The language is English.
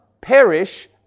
perish